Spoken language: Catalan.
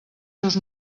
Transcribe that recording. seus